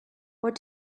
what